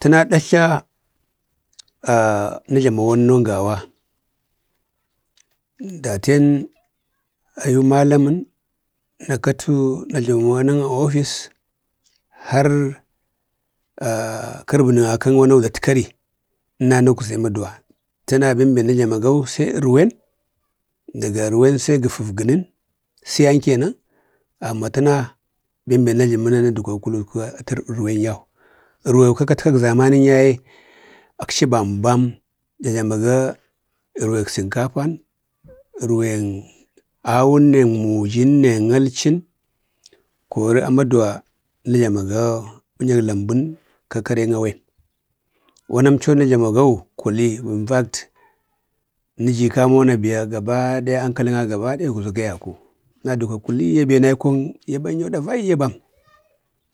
təna ɗatltla nə jlamə wanunon gawa. Daten ayu malamən na katu najlə wanan a ofis, har kəbənəda kak wana datkari, əna nagwze i maduwa. Təna bembe nə jlamaga sai ərwen, daga ərwen sai gəfək vənən-siyan kenan, amman təna bembe najləmina na dikwi kuli sai ərwen yau. ərwew ka kata kak zamanən yaye akdi bambam. Jajlamaga ərwek sənkafan, ərwen awun nej mujin nen alchin, kori a maduwa nə jlamaga wunyak lambun ka karek awen. Wanam cho nə jlamagau kuli, "infakt" nəji kamona biya ankaləna gaba daya ugzaga igaku, nadukwa kuliyya biya naikok yaban nya biya ɗavayya bam.